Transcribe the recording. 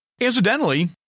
Incidentally